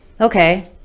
okay